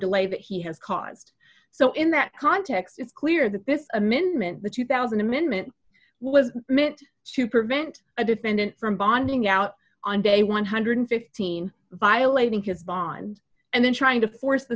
delay that he has caused so in that context it's clear that this amendment the two thousand amendment was meant to prevent a defendant from bonding out on day one hundred and fifteen violating his bond and then trying to force the